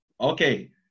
Okay